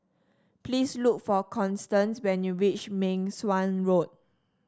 please look for Constance when you reach Meng Suan Road